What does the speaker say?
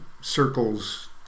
circles